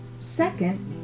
Second